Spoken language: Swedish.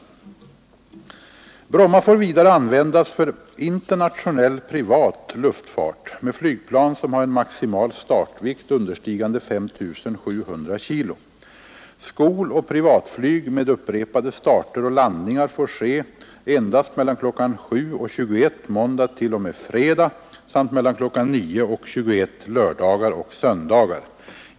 Bromma får vidare användas för internationell privat luftfart med flygplan som har en maximal startvikt understigande 5 700 kg. Skoloch privatflyg med upprepade starter och landningar får ske endast mellan kl. 7 och 21 måndag till och med fredag samt mellan kl. 9 och 21 lördagar och söndagar.